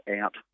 out